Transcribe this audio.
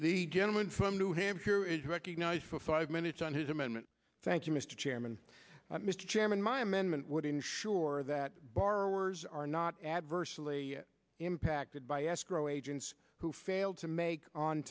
the gentleman from new hampshire is recognized for five minutes on his amendment thank you mr chairman mr chairman my amendment would ensure that borrowers are not adversely impacted by escrow agents who fail to make on